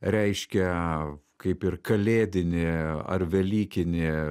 reiškia kaip ir kalėdinį ar velykinį